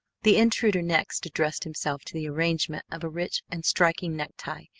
the intruder next addressed himself to the arrangement of a rich and striking necktie,